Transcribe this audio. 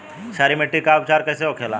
क्षारीय मिट्टी का उपचार कैसे होखे ला?